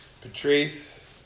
Patrice